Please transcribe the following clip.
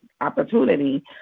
opportunity